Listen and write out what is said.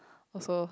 also